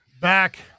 back